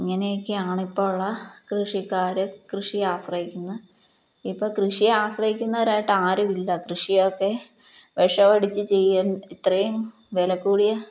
ഇങ്ങനെയൊക്കെയാണ് ഇപ്പോഴുള്ള കൃഷിക്കാര് കൃഷിയെ ആശ്രയിക്കുന്നത് ഇപ്പോള് കൃഷി ആശ്രയിക്കുന്നവരായിട്ട് ആരുമില്ല കൃഷിയൊക്കെ വിഷമടിച്ചു ചെയ്യാൻ ഇത്രയും വിലകൂടിയ